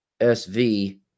SV